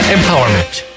Empowerment